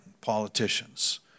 politicians